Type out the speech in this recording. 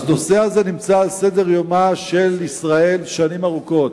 הנושא הזה נמצא על סדר-יומה של ישראל שנים ארוכות.